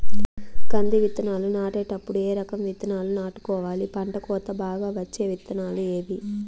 కంది విత్తనాలు నాటేటప్పుడు ఏ రకం విత్తనాలు నాటుకోవాలి, పంట కోత బాగా వచ్చే విత్తనాలు ఏవీ?